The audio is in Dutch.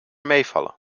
meevallen